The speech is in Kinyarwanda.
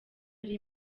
ari